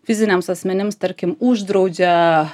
fiziniams asmenims tarkim uždraudžia